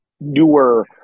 newer